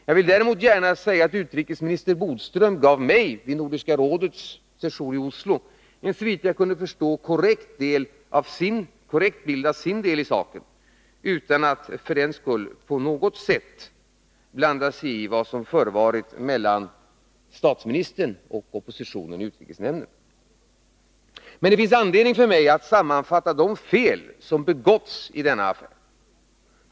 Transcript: Jag vill däremot gärna säga att utrikesminister Bodström vid Nordiska rådets session i Oslo gav en såvitt jag kunde förstå korrekt bild av sin del i saken utan att för den skull på något sätt blanda sig i vad som förevarit mellan statsministern och oppositionen i utrikesnämnden. Men det finns anledning för mig att sammanfatta de fel som begåtts i denna affär.